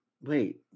Wait